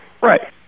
Right